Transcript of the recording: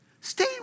Stay